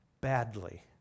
badly